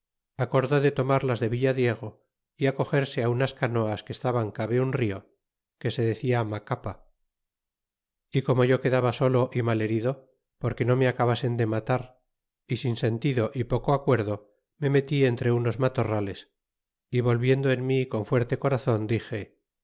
acordé de tomar las de villadiego y acogerse unas canoas que estaban cabe un rio que se decia macapa y como yo quedaba solo y mal herido porque no me acabasen de matar y sin sentido y poco acuerdo me metí entre unos matorrales y volviendo en mi con fuerte corazon dite